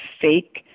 fake